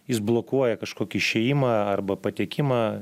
jis blokuoja kažkokį išėjimą arba patekimą